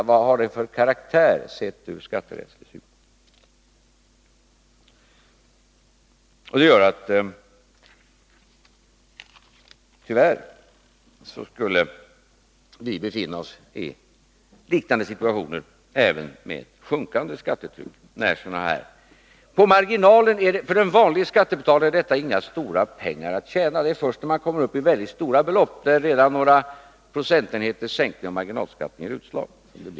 Vad har den transaktionen för karaktär, sett ur skatterättslig synpunkt? Vi skulle tyvärr befinna oss i liknande situationer även med sjunkande skattetryck, så länge sådana här operationer är möjliga. För en vanlig skattebetalare är det inga stora pengar att tjäna. Det är först när man kommer upp i mycket stora belopp som det är intressant — då ger redan några procentenheters sänkning av marginalskatten utslag.